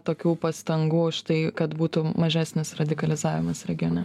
tokių pastangų už tai kad būtų mažesnis radikalizavimas regione